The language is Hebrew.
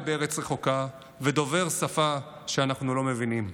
בארץ רחוקה ודובר שפה שאנחנו לא מבינים.